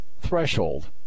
threshold